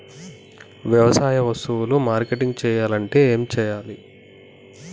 వ్యవసాయ వస్తువులు మార్కెటింగ్ చెయ్యాలంటే ఏం చెయ్యాలే?